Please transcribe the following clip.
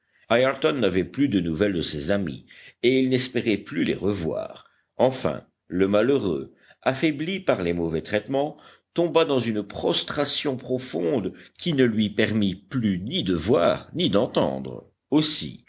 ayrton n'avait plus de nouvelles de ses amis et il n'espérait plus les revoir enfin le malheureux affaibli par les mauvais traitements tomba dans une prostration profonde qui ne lui permit plus ni de voir ni d'entendre aussi